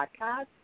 podcast